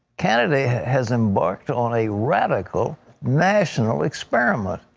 canada has embarked on a radical national experiment.